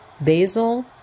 basil